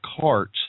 carts